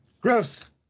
Gross